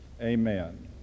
Amen